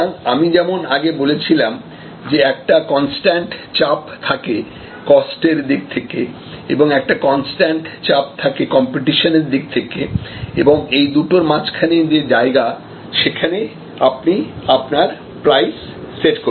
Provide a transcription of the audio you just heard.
সুতরাং আমি যেমন আগে বলেছিলাম যে একটা কনস্ট্যান্ট চাপ থাকে কস্ট এর দিক থেকে এবং একটা কনস্ট্যান্ট চাপ থাকে কম্পিটিশনের দিক থেকে এবং এই দুটোর মাঝখানে যে জায়গা সেখানে আপনি আপনার প্রাইস সেট করবেন